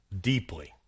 deeply